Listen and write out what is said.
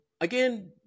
again